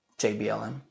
JBLM